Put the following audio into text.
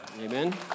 Amen